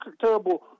terrible